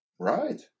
Right